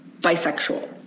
bisexual